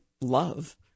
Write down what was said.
love